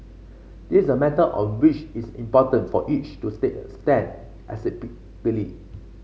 this a matter on which it's important for each to take a stand